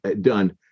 done